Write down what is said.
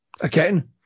Again